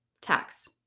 tax